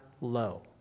low